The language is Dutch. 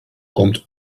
komt